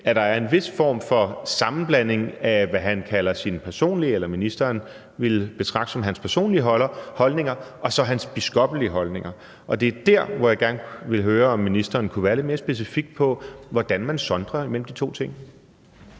at der er en vis form for sammenblanding af, hvad ministeren ville betragte som hans personlige holdninger, og så hans biskoppelige holdninger, og det er der, hvor jeg gerne ville høre om ministeren kunne være lidt mere specifik på, hvordan man sondrer imellem de to ting.